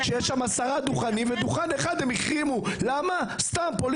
יש שם עשרה דוכנים ודוכן אחד הם החרימו בגלל פוליטיקה.